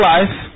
Life